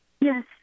Yes